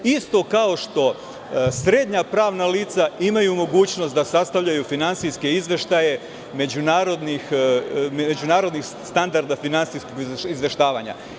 Isto kao što srednja pravna lica imaju mogućnost da sastavljaju finansijske izveštaje međunarodnih standarda finansijskog izveštavanja.